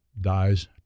dies